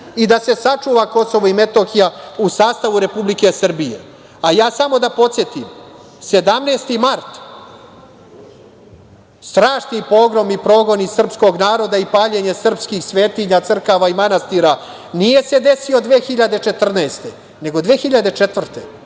i da se sačuva KiM u sastavu Republike Srbije. Ja samo da podsetim – 17. mart, strašni pogromi srpskog naroda i paljenje srpskih svetinja, crkava i manastira, nije se desio 2014. nego 2004.